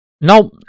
No